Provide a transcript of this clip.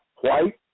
White